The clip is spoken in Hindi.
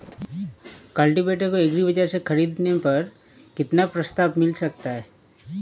कल्टीवेटर को एग्री बाजार से ख़रीदने पर कितना प्रस्ताव मिल सकता है?